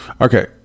Okay